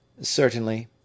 Certainly